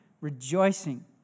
rejoicing